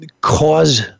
cause